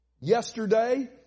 yesterday